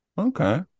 Okay